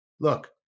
look